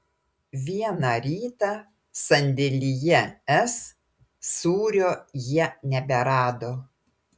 vieną rytą sandėlyje s sūrio jie neberado